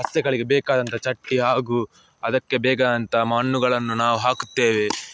ಸಸ್ಯಗಳಿಗೆ ಬೇಕಾದಂಥ ಚಟ್ಟಿ ಹಾಗೂ ಅದಕ್ಕೆ ಬೇಕಾದಂಥ ಮಣ್ಣುಗಳನ್ನು ನಾವು ಹಾಕುತ್ತೇವೆ